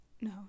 no